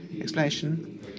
explanation